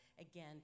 again